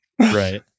Right